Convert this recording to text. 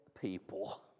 people